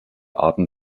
arten